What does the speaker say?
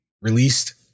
released